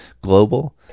global